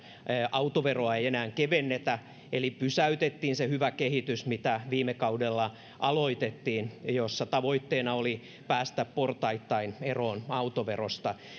autoveroa ei enää kevennetä eli pysäytettiin se hyvä kehitys mikä viime kaudella aloitettiin jossa tavoitteena oli päästä portaittain eroon autoverosta